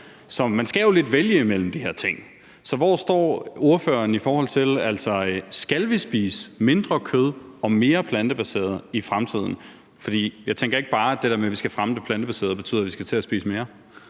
Man skal jo lidt vælge mellem de her ting. Så hvor står ordføreren: Skal vi spise mindre kød og mere plantebaseret i fremtiden? For jeg tænker ikke bare, at det der med, at vi skal fremme det plantebaserede, betyder, at vi skal til at spise mere.